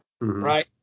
right